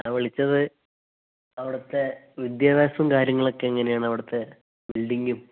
ആ വിളിച്ചത് അവിടത്തെ വിദ്യാഭ്യാസം കാര്യങ്ങളൊക്കെ എങ്ങനെയാണ് അവിടത്തെ ബിൽഡിങ്ങും